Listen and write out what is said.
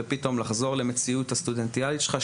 ולאחר מכן לחזור פתאום למציאות הסטודנטיאלית שלך,